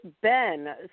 Ben